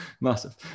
massive